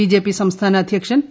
BJP സംസ്ഥാന അധ്യക്ഷൻ P